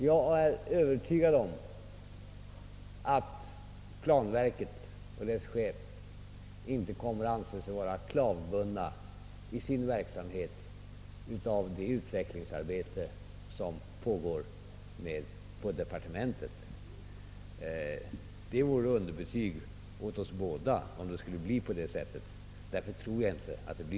Jag är övertygad om att planverket och dess chef inte kommer att anse sig klavbundna i sin verksamhet av det utvecklingsarbete som pågår inom departementet det skulle innebära underbetyg åt både planverket och departementet.